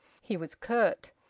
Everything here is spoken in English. he was curt.